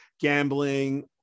gambling